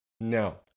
No